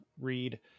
read